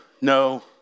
no